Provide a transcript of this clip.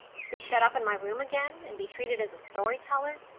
to be shut up in my room again, and be treated as a story-teller,